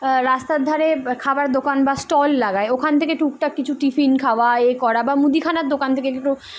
রাস্তার ধারে খাবার দোকান বা স্টল লাগায় ওখান থেকে টুকটাক কিছু টিফিন খাওয়া করা বা মুদিখানার দোকান থেকে একটু